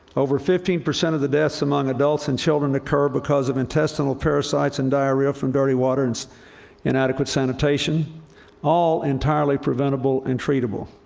over fifteen percent of the deaths among adults and children occurred because of intestinal parasites and diarrhea from dirty water and inadequate sanitation all entirely preventable and treatable.